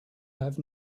have